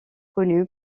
connu